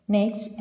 Next